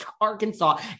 Arkansas